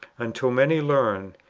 until many learn,